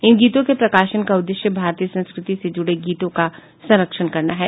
इन गीतों के प्रकाशन का उद्देश्य भारतीय संस्कृति से जुड़े गीतों का संरक्षण करना है